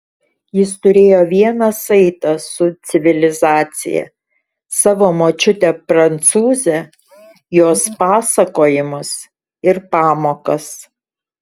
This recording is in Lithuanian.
jis turėjo vieną saitą su civilizacija savo močiutę prancūzę jos pasakojimus ir pamokas